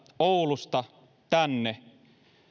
oulusta kaupungista